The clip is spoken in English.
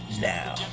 now